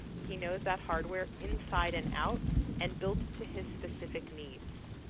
he knows that hardware inside and out and built it to his specific needs.